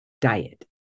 diet